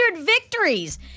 victories